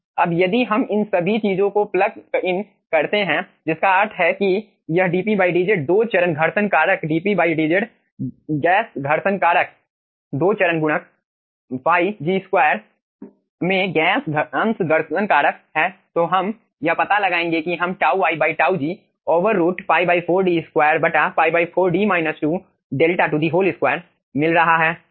अब यदि हम इन सभी चीजों को प्लग इन करते हैं जिसका अर्थ है कि यह dP dz दो चरण घर्षण कारक dP dz गैस घर्षण कारक दो चरण गुणक ϕ g 2 में गैस अंश घर्षण कारक है तो हम यह पता लगाएंगे कि हम τ i τ g over root π 4 D 2 π 4 D 2 𝛿 2 मिल रहा है